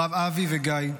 הרב אבי וגיא,